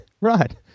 Right